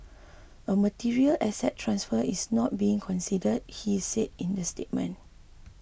a material asset transfer is not being considered he said in the statement